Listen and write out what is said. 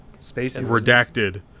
redacted